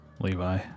Levi